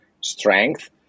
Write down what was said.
strength